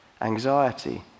anxiety